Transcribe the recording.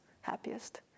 happiest